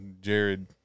Jared